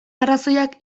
arrazoiak